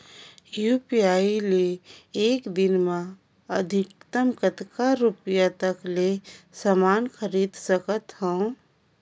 UPI ले एक दिन म अधिकतम कतका रुपिया तक ले समान खरीद सकत हवं?